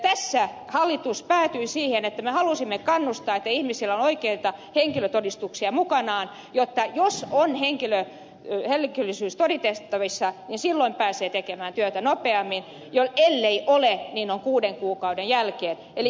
tässä hallitus päätyi siihen että me halusimme kannustaa että ihmisillä on oikeita henkilötodistuksia mukanaan jotta jos on henkilöllisyys todistettavissa niin silloin pääsee tekemään työtä nopeammin ellei ole niin oikeus työntekoon on kuuden kuukauden jälkeen